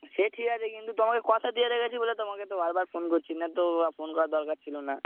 সে ঠিক আছে কিন্তু তোমাকে কথা দিয়ে রেখেচি বলে তোমাকে তো বারবার ফোন করছি না তো আর ফোন করার দরকার ছিলো না